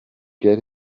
get